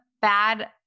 bad